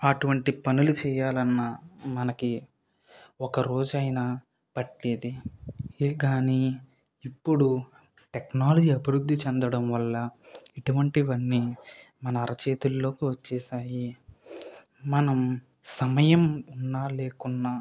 అటువంటి పనులు చేయాలన్న మనకి ఒక్క రోజు అయినా పట్టేది కాని ఇప్పుడు టెక్నాలజీ అభివృద్ధి చెందడం వల్ల ఇటువంటివన్ని మన అరచేతుల్లోకి వచ్చేశాయి మనం సమయం ఉన్న లేకున్నా